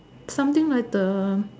something like the